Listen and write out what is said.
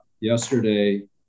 yesterday